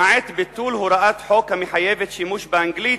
למעט ביטול הוראת חוק המחייבת שימוש באנגלית,